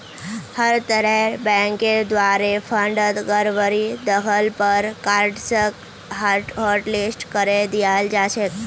हर तरहर बैंकेर द्वारे फंडत गडबडी दख ल पर कार्डसक हाटलिस्ट करे दियाल जा छेक